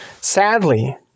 Sadly